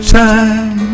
time